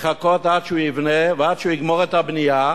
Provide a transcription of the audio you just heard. לחכות עד שהוא יבנה ועד שהוא יגמור את הבנייה.